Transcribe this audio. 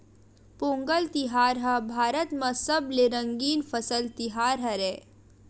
पोंगल तिहार ह भारत म सबले रंगीन फसल तिहार हरय